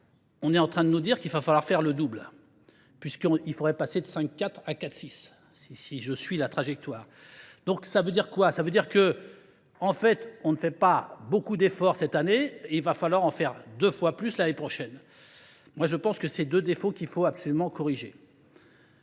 on est en train de nous dire qu'il va falloir faire le double, puisqu'il faudrait passer de 5-4 à 4-6, si je suis la trajectoire. Donc ça veut dire quoi ? Ça veut dire qu'en fait on ne fait pas beaucoup d'efforts cette année, il va falloir en faire deux fois plus l'année prochaine. Moi je pense que c'est deux défauts qu'il faut absolument corriger.